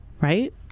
right